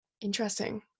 interesting